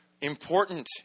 important